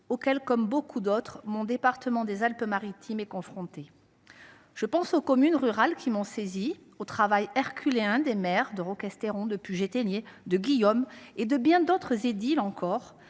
auquel, comme beaucoup d’autres, mon département des Alpes Maritimes est confronté. Je pense aux communes rurales qui m’ont saisie, au travail herculéen des maires de Roquestéron, de Puget Théniers, de Guillaumes, et de bien d’autres édiles qui se